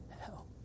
hell